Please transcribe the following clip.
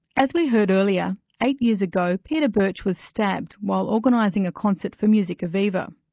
as we heard earlier, eight years ago peter burch was stabbed while organising a concert for musica viva.